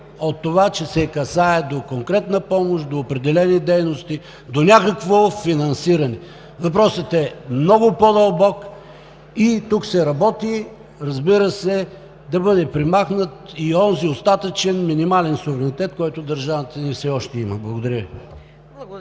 от това, че се касае до конкретна помощ, до определени дейности, до някакво финансиране. Въпросът е много по-дълбок и тук се работи, разбира се, да бъде премахнат и онзи остатъчен минимален суверенитет, който държавата ни все още има. Благодаря